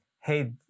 hey